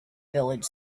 village